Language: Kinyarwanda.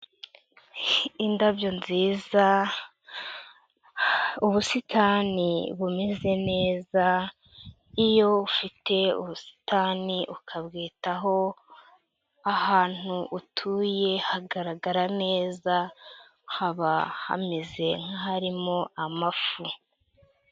Indabyo nziza, ubusitani bumeze neza, iyo ufite ubusitani ukabwitaho, ahantu utuye hagaragara neza, haba hameze nka harimo amafu.